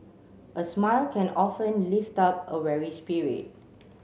a smile can often lift up a weary spirit